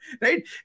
right